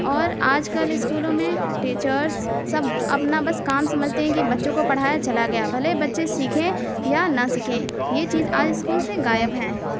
اور آج کل اسکولوں میں ٹیچرس سب اپنا بس کام سمجھتی ہیں کہ بچوں کو پڑھایا چلا گیا بھلے ہی بچے سیکھیں یا نہ سیکھیں یہ چیزیں آج اسکول سے غائب ہیں